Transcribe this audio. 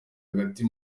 hagati